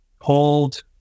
hold